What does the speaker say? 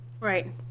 Right